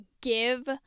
give